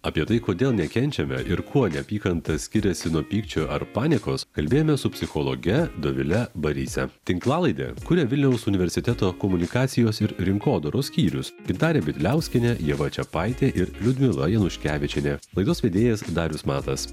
apie tai kodėl nekenčiame ir kuo neapykanta skiriasi nuo pykčio ar panikos kalbėjomės su psichologe dovile barise tinklalaidę kuria vilniaus universiteto komunikacijos ir rinkodaros skyrius gintarė bidliauskienė ieva čiapaitė ir liudmila januškevičienė laidos vedėjas darius matas